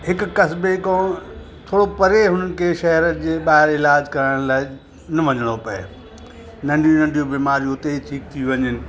हिकु कसबे खो थोरो परे हुननि खे शहर जे ॿाहिरि इलाज करण लाइ न वञिणो पए नंढियूं नंढियूं बीमारियूं हुते ई ठीकु थी वञनि